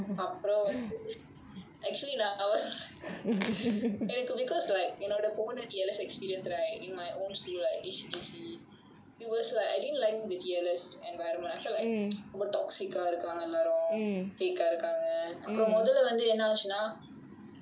அப்புறம் வந்து:appuram vanthu actually lah I want எனக்கு:enakku because like for the full T_L_S experience right in my own school right is J_C it was like I didnt like the T_L_S environment I felt like ரொம்ப:romba toxic இருக்காங்க:irukkaanga ellaarum fake இருக்காங்க அப்புறம் மொதல்ல வந்து என்ன ஆச்சுனா:irukkaanga appuram mothalla vanthu enna achunaa